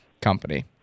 company